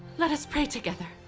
let us pray together.